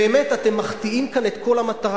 באמת אתם מחטיאים כאן את כל המטרה.